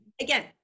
Again